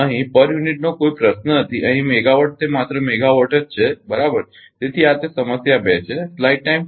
અહીં પ્રતિ યુનિટનો કોઇ પ્રશ્ન નથી અહીં મેગાવાટ તે માત્ર મેગાવાટ જ છે બરાબર તેથી આ તે સમસ્યા 2 છે